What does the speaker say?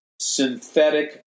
synthetic